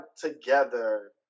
together